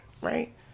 right